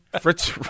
Fritz